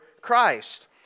Christ